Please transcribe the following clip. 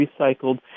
recycled